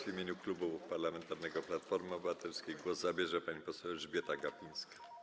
W imieniu Klubu Parlamentarnego Platforma Obywatelska głos zabierze pani poseł Elżbieta Gapińska.